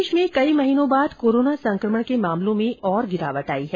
प्रदेश में कई महीनों बाद कोरोना संक्रमण के मामलों में और गिरावट आई है